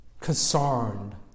concerned